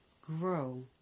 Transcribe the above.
Grow